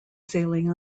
sailing